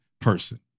person